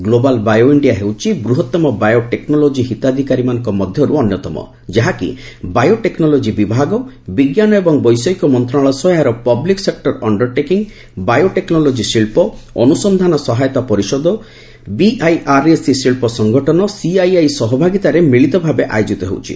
global bio India ହେଉଛି ବୃହତ୍ତମ bio technology ହିତାଧିକାରୀମାନଙ୍କ ମଧ୍ୟରୁ ଅନ୍ୟତମ ଯାହାକି ବାୟୋ ଟେକ୍ନୋଲୋକି ବିଭାଗ ବିଜ୍ଞାନ ଏବଂ ବୈଷୟିକ ମନ୍ତ୍ରଣାଳୟ ସହ ଏହାର public sector undertaking bio technology ଶିଳ୍ପ ଅନୁସନ୍ଧାନ ସହାୟତା ପରିଷଦ ବିଆଇଆର୍ଏସି ଶିଳ୍ପ ସଙ୍ଗଠନ ସିଆଇଆଇ ସହଭାଗିତାରେ ମିଳିତ ଭାବରେ ଆୟୋଜିତ ହେଉଛି